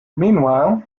meanwhile